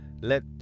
let